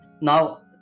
now